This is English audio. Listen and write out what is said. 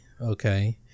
okay